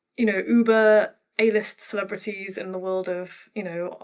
you know, uber a-list celebrities in the world of, you know,